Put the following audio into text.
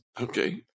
Okay